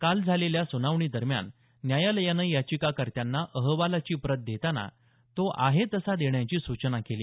काल झालेल्या सुनावणीदरम्यान न्यायालयानं याचिकाकर्त्यांना अहवालाची प्रत देताना तो आहे तसा देण्याची सूचना केली